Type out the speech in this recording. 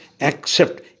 accept